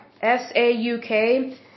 S-A-U-K